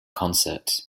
concert